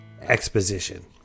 exposition